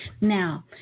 Now